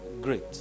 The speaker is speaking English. great